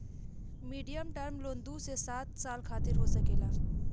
medium term loan दू से सात साल खातिर हो सकेला